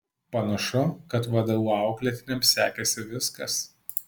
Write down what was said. panašu kad vdu auklėtiniams sekėsi viskas